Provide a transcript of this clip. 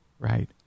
right